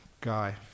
guy